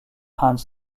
hans